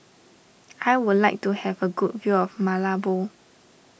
I would like to have a good view of Malabo